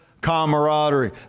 camaraderie